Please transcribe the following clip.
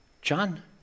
John